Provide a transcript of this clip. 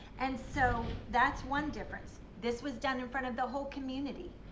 and so, that's one difference. this was done in front of the whole community.